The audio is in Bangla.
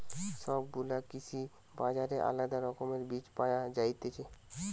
সব গুলা কৃষি বাজারে আলদা রকমের বীজ পায়া যায়তিছে